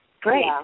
Great